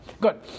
Good